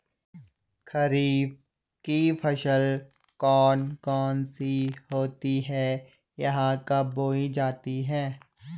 खरीफ की फसल कौन कौन सी होती हैं यह कब बोई जाती हैं?